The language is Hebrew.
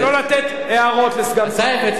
ולא לתת הערות לסגן שר האוצר.